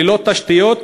ללא תשתיות,